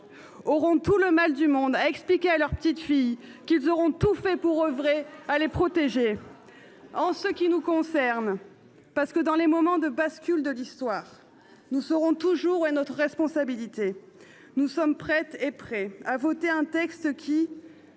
alors tout le mal du monde à expliquer à leurs petites-filles qu'ils ont tout fait pour ne pas les protéger ! Pour ce qui nous concerne, comme dans tous les moments de bascule de l'histoire, nous saurons toujours où est notre responsabilité. Nous sommes prêtes et prêts à voter un texte qui,